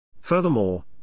Furthermore